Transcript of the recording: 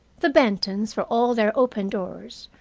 the bentons, for all their open doors,